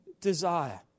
desire